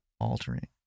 altering